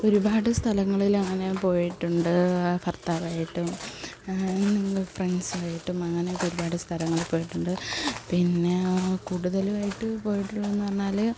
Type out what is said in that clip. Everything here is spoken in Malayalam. ഒരുപാട് സ്ഥലങ്ങളിലങ്ങനെ പോയിട്ടുണ്ട് ഭർത്താവായിട്ടും ഞങ്ങൾ ഫ്രണ്ട്സായിട്ടും അങ്ങനെയൊക്കെ ഒരുപാട് സ്ഥലങ്ങളിൽ പോയിട്ടുണ്ട് പിന്നെ കൂടുതലുവായിട്ട് പോയിട്ടുള്ളതെന്ന് പറഞ്ഞാൽ